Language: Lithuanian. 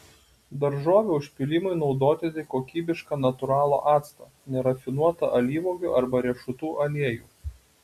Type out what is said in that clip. daržovių užpylimui naudoti tik kokybišką natūralų actą nerafinuotą alyvuogių arba riešutų aliejų